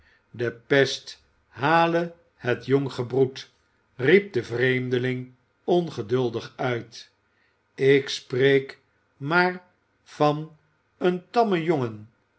de pest hale het jong gebroed riep de vreemdeling ongeduldig uit ik spreek maar van een tammen jongen